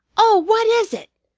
oh, what is it?